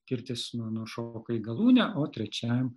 kirtis na nušoka į galūnę o trečiajam